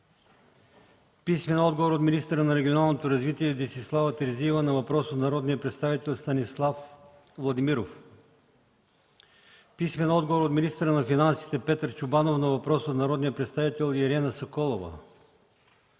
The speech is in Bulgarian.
Ангелов; - министъра на регионалното развитие Десислава Терзиева на въпрос от народния представител Станислав Владимиров; - министъра на финансите Петър Чобанов на въпрос от народния представител Ирена Соколова;